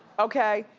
okay,